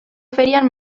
ferian